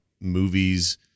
movies